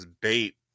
Bait